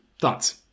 thoughts